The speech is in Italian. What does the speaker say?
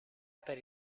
per